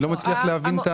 אני לא מצליח להבין.